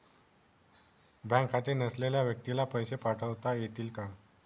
Bank खाते नसलेल्या व्यक्तीला पैसे पाठवता येतील का?